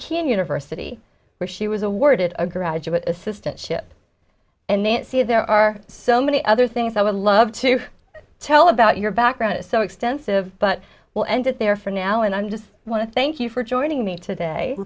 keene university where she was awarded a graduate assistant ship and nancy there are so many other things i would love to tell about your background is so extensive but we'll end it there for now and i'm just want to thank you for joining me today